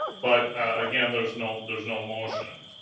but again, there's no there's no motion.